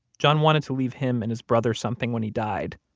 john wanted to leave him and his brother something when he died,